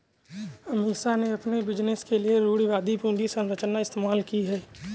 अमीषा ने अपने बिजनेस के लिए रूढ़िवादी पूंजी संरचना इस्तेमाल की है